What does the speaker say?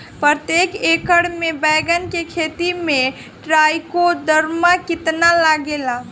प्रतेक एकर मे बैगन के खेती मे ट्राईकोद्रमा कितना लागेला?